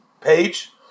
page